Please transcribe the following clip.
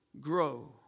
grow